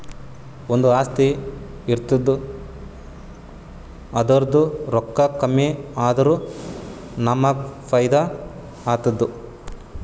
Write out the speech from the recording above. ಒಂದು ಆಸ್ತಿ ಇರ್ತುದ್ ಅದುರ್ದೂ ರೊಕ್ಕಾ ಕಮ್ಮಿ ಆದುರ ನಮ್ಮೂಗ್ ಫೈದಾ ಆತ್ತುದ